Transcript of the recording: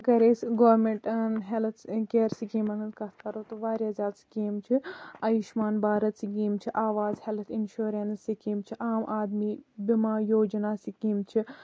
اَگرِ ٲسۍ government health care سِکیٖمَن ہنز کَتھ کرو تہٕ واریاہ زیادٕ سِکیٖمہٕ چھِ آیُش مان بارت سِکیٖم چھِ آواز ہٮ۪لٕتھ اِنشورَنس سِکیٖم چھِ عام آدمی بی ما یوجنا سِکیٖم چھِ